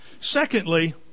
Secondly